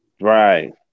Right